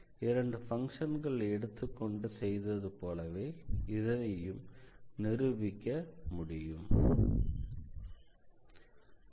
இரண்டு பங்க்ஷன்கள் எடுத்துக்கொண்டு செய்தது போலவே இதனையும் நிரூபிக்க முடியும்